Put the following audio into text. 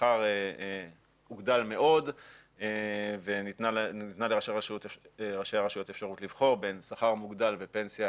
השכר הוגדל מאוד וניתנה לראשי הרשויות אפשרות לבחור בין שכר מוגדל ופנסיה